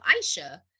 Aisha